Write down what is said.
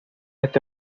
este